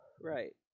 right